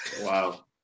Wow